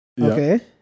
Okay